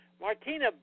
Martina